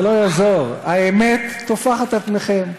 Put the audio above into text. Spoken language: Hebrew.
זה לא יעזור, האמת טופחת על פניכם.